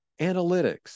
analytics